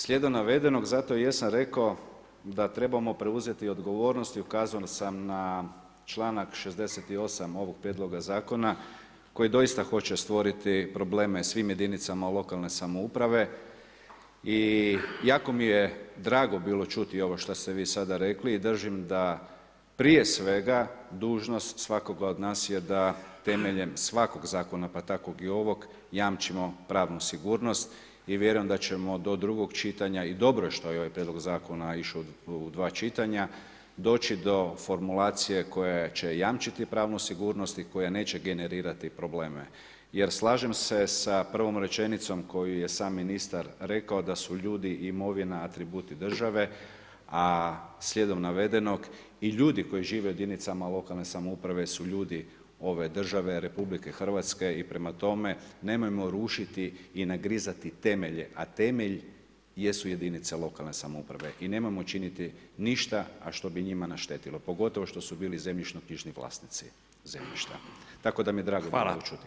Slijedom navedenog zato jesam rekao da trebamo preuzeti odgovornost i ukazao sam na članak 68. ovog prijedloga zakona koji doista hoće stvoriti probleme svim jedinicama lokalne samouprave i jako mi je drago bilo čuti ovo što ste vi sada rekli i držim da prije svega dužnost svakoga od nas je da temeljem svakog zakona pa tako i ovog, jamčimo pravnu sigurnost i vjerujem da ćemo do drugog čitanja i dobro je što je ovaj prijedlog zakona išao u dva čitanja, doći do formulacije koja će jamčiti pravnu sigurnost i koja neće generirati probleme jer slažem se sa prvom rečenicom koju je sam ministar rekao da su ljudi i imovina atributi države a slijednom navedenog i ljudi koji žive u jedinicama lokalne samouprave su ljudi ove države, RH i prema tome, nemojmo rušiti i nagrizati temelje a temelj jesu jedinice lokalne samouprave i nemojmo činiti ništa a što bi njima naštetilo pogotovo što su bili zemljišno-knjižni vlasnici zemljišta, tako da mi je drago to bilo čuti.